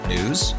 News